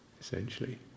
Essentially